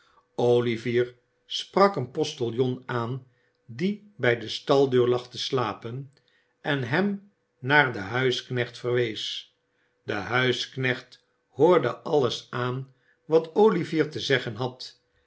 olivier sprak een postiljon aan die bij de staldeur lag te slapen en hem naar den huisknecht verwees de huisknecht hoorde alles aan wat olivier te zeggen had